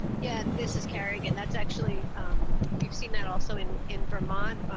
yeah. this is carrie again, that's actually um we've seen that also in in vermont,